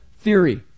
theory